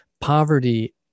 poverty